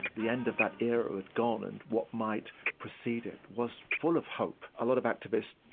the end of that era had gone and what might precede it was full of hope. a lot of activists,